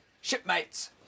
Shipmates